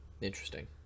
interesting